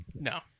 no